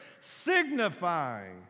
signifying